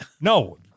No